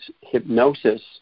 hypnosis